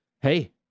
Hey